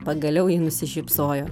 pagaliau ji nusišypsojo